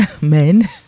men